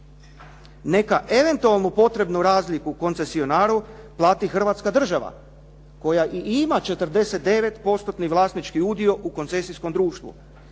Neka eventualno potrebnu razliku koncesionaru plati Hrvatska država, koja i ima 49%-tni vlasnički udio u koncesijskom društvu.